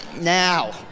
now